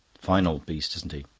fine old beast, isn't he?